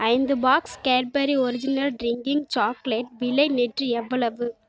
ஐந்து box Cadbury original drinking chocolate விலை நேற்று எவ்வளவு